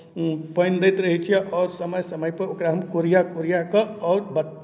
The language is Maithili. आओर पानि दैत रहै छियै आओर समय समयपर ओकरा हम कोरिया कोरिया कऽ आओर बच्